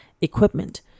equipment